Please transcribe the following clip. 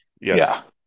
yes